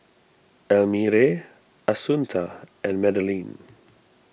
Elmire Assunta and Madeleine